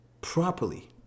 properly